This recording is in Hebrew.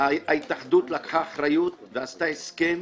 ההתאחדות לקחה אחריות ועשתה הסכם